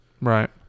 Right